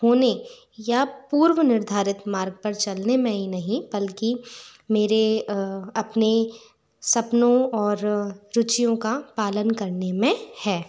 होने या पूर्व निर्धारित मार्ग पर चलने में ही नहीं बल्कि मेरे अपनी सपनों और रुचियों का पालन करने में है